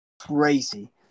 crazy